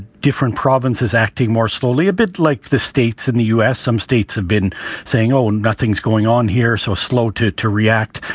different provinces acting more slowly, a bit like the states in the u s. some states have been saying, oh, nothing's going on here. so slow to to react.